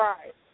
Right